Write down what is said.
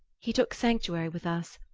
he took sanctuary with us.